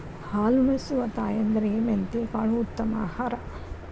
ಹಾಲುನಿಸುವ ತಾಯಂದಿರಿಗೆ ಮೆಂತೆಕಾಳು ಉತ್ತಮ ಆಹಾರ